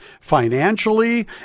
financially